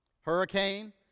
hurricane